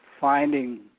finding